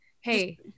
hey